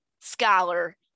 scholar